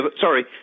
Sorry